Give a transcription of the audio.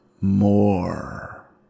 more